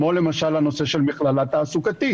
כמו למשל הנושא של מכללה תעסוקתית,